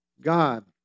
God